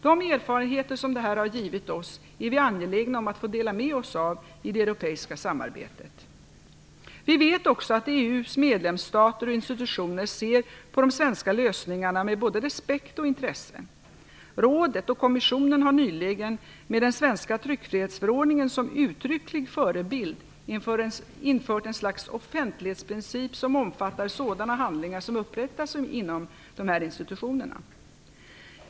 De erfarenheter som detta har givit oss är vi angelägna om att få dela med oss av i det europeiska samarbetet. Vi vet ockaså att EU:s medlemsstater och institutioner ser på de svenska lösningarna med både respekt och intresse. Rådet och kommissionen har nyligen med den svenska tryckfrihetsförordningen som uttrycklig förebild infört en slags offentlighetsprincip som omfattar sådana handlingar som upprättas inom dessa institutioner.